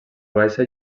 baixa